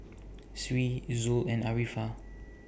Sri Zul and Arifa